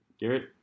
Garrett